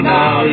now